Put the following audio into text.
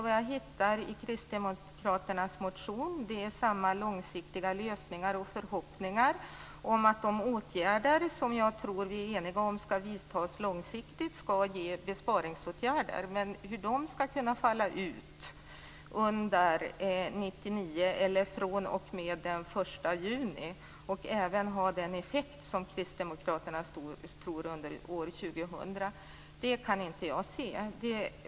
Vad jag hittar i Kristdemokraternas motion är samma långsiktiga lösningar och förhoppningar om att de åtgärder, som jag tror att vi är eniga om skall vidtas långsiktigt, skall ge besparingseffekter. Men hur de skall kunna falla ut under 1999, eller fr.o.m. den 1 juni, och även ha den effekt som Kristdemokraterna tror under år 2000 kan inte jag se.